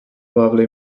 lovely